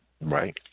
Right